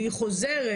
והיא חוזרת,